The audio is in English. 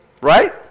Right